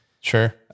Sure